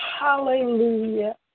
Hallelujah